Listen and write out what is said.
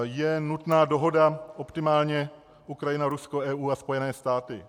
Je nutná dohoda optimálně Ukrajina, Rusko, EU a Spojené státy.